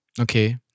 okay